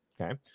Okay